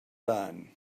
done